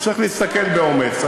צריך להסתכל באומץ.